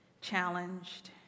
Challenged